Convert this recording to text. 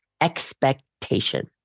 expectation